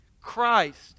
Christ